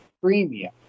premium